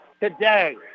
today